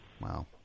wow